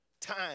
time